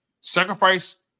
Sacrifice